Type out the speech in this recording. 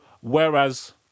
whereas